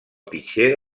pitxer